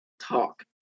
talk